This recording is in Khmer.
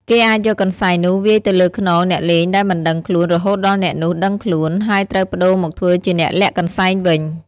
គេអាចយកកន្សែងនោះវាយទៅលើខ្នងអ្នកលេងដែលមិនដឹងខ្លួន រហូតដល់អ្នកនោះដឹងខ្លួន ហើយត្រូវប្ដូរមកធ្វើជាអ្នកលាក់កន្សែងវិញ ។